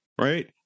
right